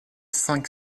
cinq